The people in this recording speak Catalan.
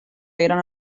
eren